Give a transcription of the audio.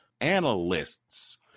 analysts